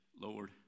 Lord